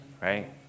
right